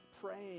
praying